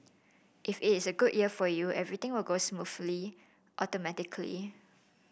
if it is a good year for you everything will go smoothly automatically